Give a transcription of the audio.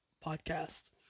podcast